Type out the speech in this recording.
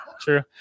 True